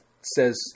says